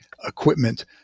equipment